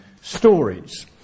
stories